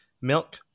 milk